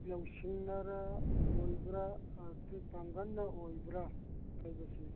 ꯂꯧꯁꯤꯡꯅꯔ ꯑꯣꯏꯕ꯭ꯔꯥ ꯑꯗꯨ ꯄꯥꯡꯒꯜꯅ ꯑꯣꯏꯕ꯭ꯔꯥ ꯍꯥꯏꯕꯁꯤ